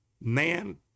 man